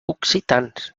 occitans